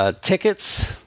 Tickets